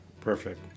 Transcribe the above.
perfect